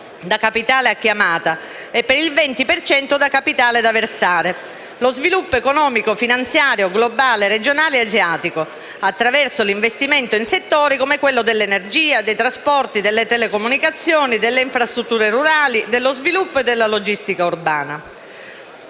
da capitale a chiamata e per il 20 per cento da capitale da versare - lo sviluppo economico finanziario globale e regionale asiatico, attraverso l'investimento in settori come quello dell'energia, dei trasporti, delle telecomunicazioni, delle infrastrutture rurali, dello sviluppo e della logistica urbana.